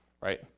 right